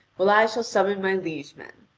while i shall summon my liege-men.